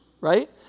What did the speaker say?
Right